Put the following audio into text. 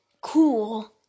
cool